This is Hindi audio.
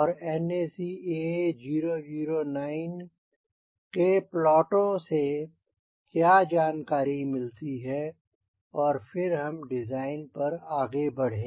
and NACA009 के प्लॉटों से क्या जानकारी मिलती है और फिर हम डिज़ाइन पर आगे बढ़ेंगे